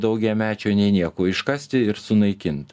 daugiamečio nei nieko iškasti ir sunaikint